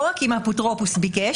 לא רק אם האפוטרופוס ביקש,